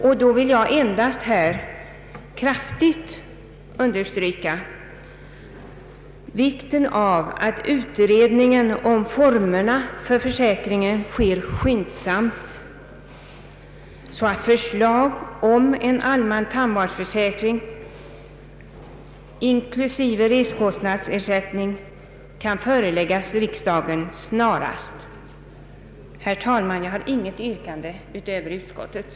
Jag vill då endast kraftigt understryka vikten av att utredningen av formerna för försäkringen sker skyndsamt, så att förslag om en allmän tandvårdsförsäkring inklusive resekostnadsersättning kan föreläggas riksdagen snarast möjligt. Herr talman! Jag har inget annat yrkande än utskottets.